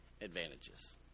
advantages